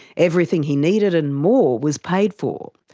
everything he needed and more was paid for.